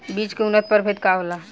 बीज के उन्नत प्रभेद का होला?